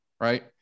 right